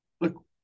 Look